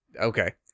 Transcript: okay